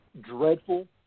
dreadful